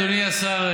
אדוני השר,